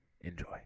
enjoy